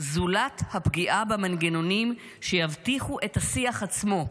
זולת הפגיעה במנגנונים שיבטיחו את השיח עצמו,